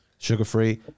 sugar-free